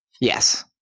Yes